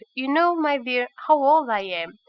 you know, my dear how old i am.